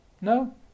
no